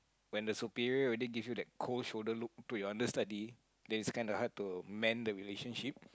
when the superior already give you that cold shoulder look to your understudy then it's kind of hard to mend the relationship